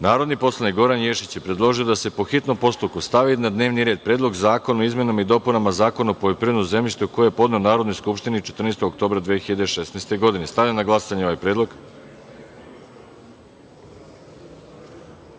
Predlog. Narodni poslanik Goran Ješić je predložio da se po hitnom postupku stavi na dnevni red Predlog zakona o izmenama i dopunama Zakona o poljoprivrednom zemljištu, koji je podneo Narodnoj skupštini 14. oktobra 2016. godine. Stavljam na glasanje ovaj